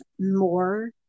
more